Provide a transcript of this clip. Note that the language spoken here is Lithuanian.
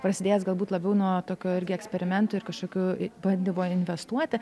prasidėjęs galbūt labiau nuo tokių irgi eksperimentų ir kažkokių bandymų investuoti